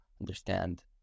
understand